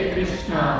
Krishna